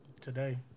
today